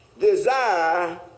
desire